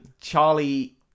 Charlie